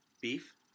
beef